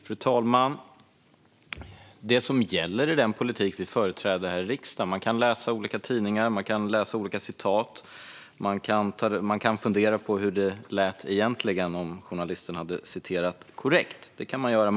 Fru talman! Det som gäller är den politik vi företräder här i riksdagen. Man kan läsa olika citat i olika tidningar. Man kan fundera på hur det lät egentligen och om journalisten citerat korrekt. Det kan man göra.